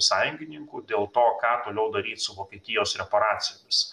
sąjungininkų dėl to ką toliau daryt su vokietijos reparacijomis